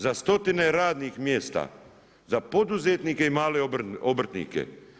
Za stotine radnih mjesta, za poduzetnike i male obrtnike.